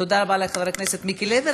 תודה רבה לחבר הכנסת מיקי לוי.